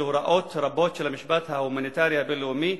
הוראות רבות של המשפט ההומניטרי הבין-לאומי,